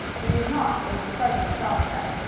it was not a pleasant prospect,